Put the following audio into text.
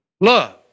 love